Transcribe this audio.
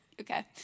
okay